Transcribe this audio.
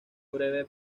breve